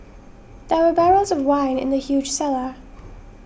there were barrels of wine in the huge cellar